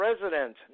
president